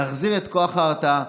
נחזיר את כוח ההרתעה,